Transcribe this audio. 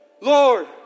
Lord